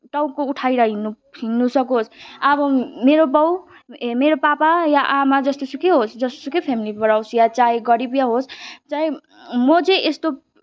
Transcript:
टाउको उठाएर हिँड्नु हिँड्नु सकोस् अब मेरो बाउ ए मेरो पापा या आमा जस्तोसुकै होस् जस्तोसुकै फेमिलीबाट होस् या चाहे गरिबै होस् चाहे म चाहिँ यस्तो